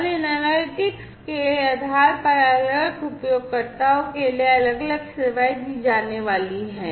और इन एनालिटिक्स के आधार पर अलग अलग उपयोगकर्ताओं के लिए अलग अलग सेवाएं दी जाने वाली हैं